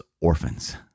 orphans